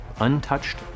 untouched